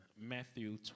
Matthew